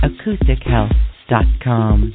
AcousticHealth.com